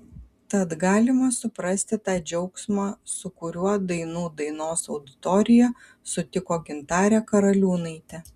tad galima suprasti tą džiaugsmą su kuriuo dainų dainos auditorija sutiko gintarę karaliūnaitę